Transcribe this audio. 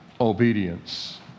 obedience